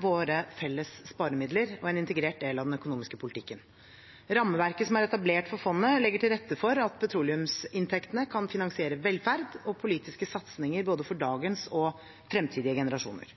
våre felles sparemidler og en integrert del av den økonomiske politikken. Rammeverket som er etablert for fondet, legger til rette for at petroleumsinntektene kan finansiere velferd og politiske satsinger for både dagens og fremtidige generasjoner.